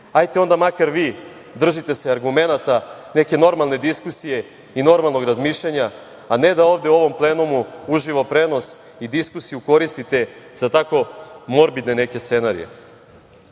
hajdete onda makar vi držite se argumenata, neke normalne diskusije i normalnog razmišljanja, a ne da ovde u ovom plenumu uživo prenos i diskusiju koristite za tako morbidne neke scenarije. Predsednik